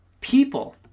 people